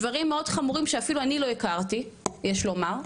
דברים מאוד חמורים שאפילו אני לא הכרתי יש לומר,